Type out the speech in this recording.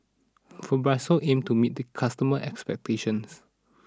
Fibrosol aims to meet customer expectations